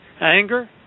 anger